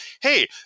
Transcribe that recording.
Hey